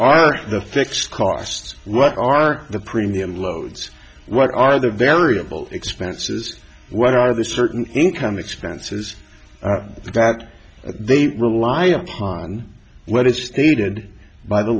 are the fixed costs what are the premium loads what are the variable expenses what are the certain income expenses that they rely upon what is stated by the